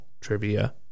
trivia